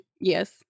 Yes